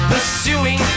Pursuing